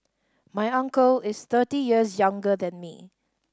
my uncle is thirty years younger than me